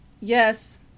Yes